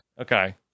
okay